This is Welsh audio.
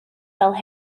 fel